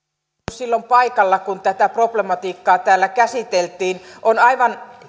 silloin paikalla kun tätä problematiikkaa täällä käsiteltiin on aivan